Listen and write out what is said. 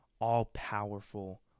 all-powerful